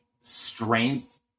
strength